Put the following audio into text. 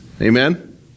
Amen